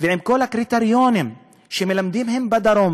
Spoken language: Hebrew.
ועם כל הקריטריונים שמלמדים בדרום,